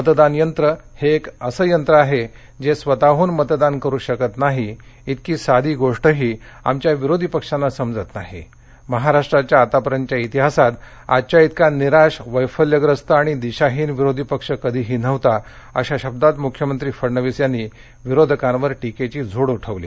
मतदानयंत्र हे एक असे यंत्र आहे ते स्वतः मतदान करू शकत नाही एवढी साधी गोष्टही आमच्या विरोधी पक्षांना समजत नाही महाराष्ट्राच्या आतापर्यंतच्या इतिहासात आजच्या इतका निराश वैफल्यग्रस्त आणि दिशाहीन विरोधी पक्ष कधीही नव्हता अशा शब्दात मुख्यमंत्री फडणवीस यांनी विरोधकांवर टिकेची झोड उठवली